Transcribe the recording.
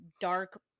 dark